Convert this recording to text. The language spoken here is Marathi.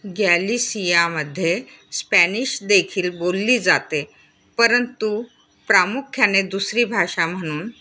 गॅलिसियामध्ये स्पॅनिश देखील बोलली जाते परंतु प्रामुख्याने दुसरी भाषा म्हणून